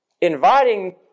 inviting